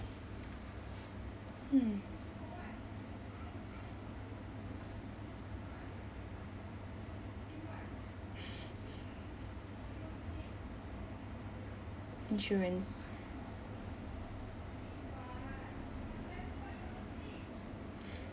mm insurance